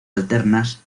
alternas